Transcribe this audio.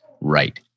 right